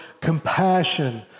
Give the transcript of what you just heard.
compassion